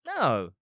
No